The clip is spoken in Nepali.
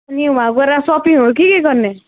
अनि वहाँ गएर सपिङहरू के के गर्ने